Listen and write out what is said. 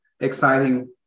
exciting